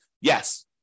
yes